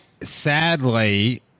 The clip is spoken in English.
sadly